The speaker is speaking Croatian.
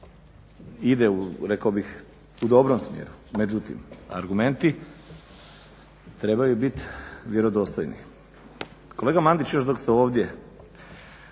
ide rekao bih u dobrom smjeru. Međutim argumenti trebaju biti vjerodostojni. Kolega Mandić još dok ste ovdje